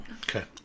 Okay